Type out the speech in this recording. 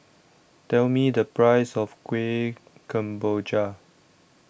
Tell Me The Price of Kueh Kemboja